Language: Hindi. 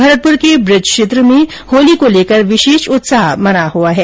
भरतपुर के ब्रज क्षेत्र में होती को लेकर विशेष उत्साह बना हुआ है